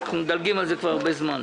אנחנו מדלגים על זה כבר הרבה זמן.